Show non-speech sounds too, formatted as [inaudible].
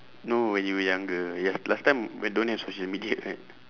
no when you younger yes last time when don't have social media [laughs] right